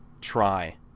try